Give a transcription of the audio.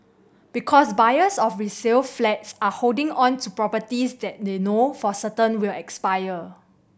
because buyers of resale flats are holding on to properties that they know for certain will expire